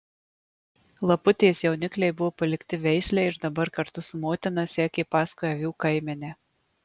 laputės jaunikliai buvo palikti veislei ir dabar kartu su motina sekė paskui avių kaimenę